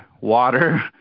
water